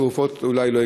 תרופות אולי לא,